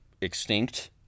extinct